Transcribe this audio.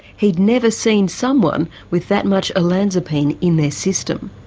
he'd never seen someone with that much olanzapine in their system.